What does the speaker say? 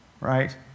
right